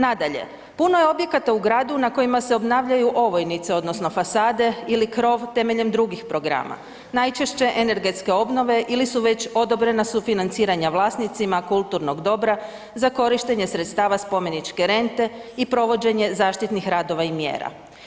Nadalje, puno je objekata u gradu na kojima se obnavljaju ovojnice odnosno fasade ili krov temeljem drugih programa, najčešće energetske obnove ili su već odobrena sufinanciranja vlasnicima kulturnog dobra za korištenje sredstava spomeničke rente i provođenje zaštitnih radova i mjera.